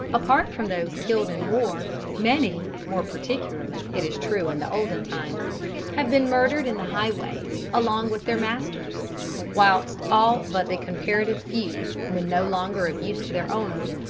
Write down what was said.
apart from those killed in war, many more particularly, it is true, in the olden times have been murdered in the highways along with their masters whilst all but the comparative few, when no longer of use to their owners,